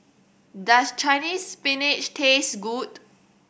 does Chinese Spinach taste good